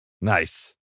Nice